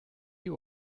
die